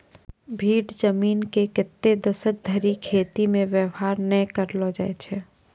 भीठ जमीन के कतै दसक धरि खेती मे वेवहार नै करलो जाय छै